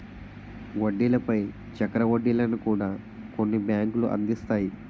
వడ్డీల పై చక్ర వడ్డీలను కూడా కొన్ని బ్యాంకులు అందిస్తాయి